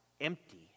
empty